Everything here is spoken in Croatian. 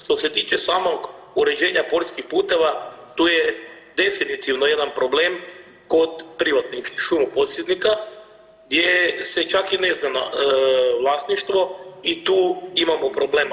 Što se tiče samog uređenja poljskih puteva tu je definitivno jedan problem kod privatnih šumoposjednika gdje se čak i ne zna vlasništvo i tu imamo problema.